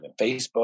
Facebook